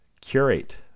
curate